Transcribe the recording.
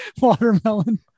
watermelon